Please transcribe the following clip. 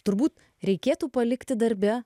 turbūt reikėtų palikti darbe